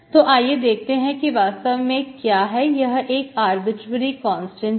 तो आइए देखते हैं कि वास्तव में यह क्या है यहां C एक आर्बिट्रेरी कांस्टेंट है